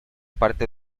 parte